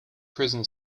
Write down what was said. prison